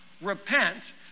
Repent